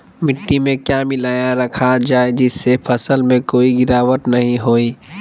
मिट्टी में क्या मिलाया रखा जाए जिससे फसल में कोई गिरावट नहीं होई?